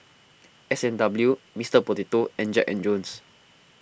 S and W Mister Potato and Jack and Jones